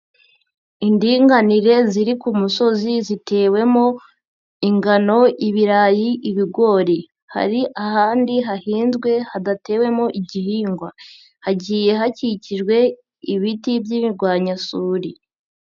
Indinganire ziri ku musozi zitewemo ingano, ibirayi, ibigori hari ahandi hahinzwe hadatewemo igihingwa, hagiye hakikijwe ibiti by'imirwanyasuri.